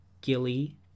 Gilly